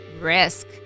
risk